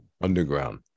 underground